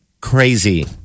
crazy